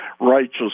righteous